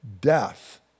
Death